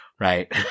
Right